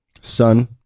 son